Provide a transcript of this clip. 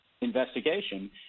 investigation